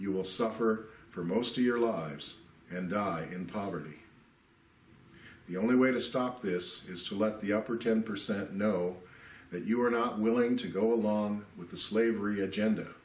you will suffer for most of your lives and in poverty the only way to stop this is to let the upper ten percent know that you are not willing to go along with the slavery agenda